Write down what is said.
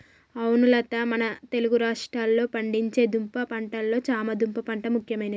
అవును లత మన తెలుగు రాష్ట్రాల్లో పండించే దుంప పంటలలో చామ దుంప పంట ముఖ్యమైనది